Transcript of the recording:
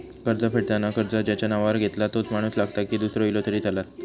कर्ज फेडताना कर्ज ज्याच्या नावावर घेतला तोच माणूस लागता की दूसरो इलो तरी चलात?